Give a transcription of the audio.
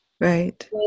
Right